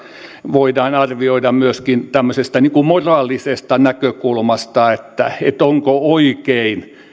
voidaan arvioida myöskin tämmöisestä moraalisesta näkökulmasta että onko oikein